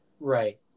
Right